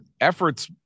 efforts